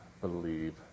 believe